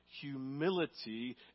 humility